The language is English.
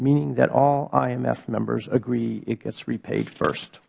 meaning that all imf members agree it gets repaid first